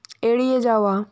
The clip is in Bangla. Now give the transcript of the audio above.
এড়িয়ে যাওয়া